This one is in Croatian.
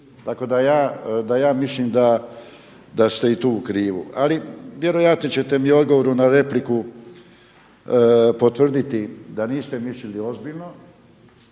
Tako da ja mislim da ste i tu u krivu. Ali vjerojatno ćete mi u odgovoru na repliku potvrditi da niste mislili ozbiljno